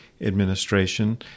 administration